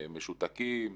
משותקים,